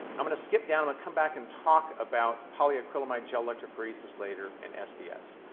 i'm going to skip down, come back and talk about polyacrylamide gel electrophoresis later and sds.